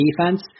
defense